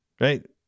right